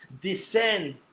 descend